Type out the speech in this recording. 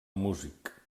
músic